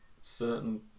certain